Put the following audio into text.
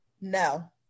No